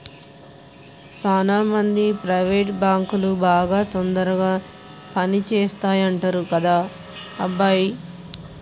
సాన మంది ప్రైవేట్ బాంకులు బాగా తొందరగా పని చేస్తాయంటరు కదరా అబ్బాయి